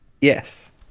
Yes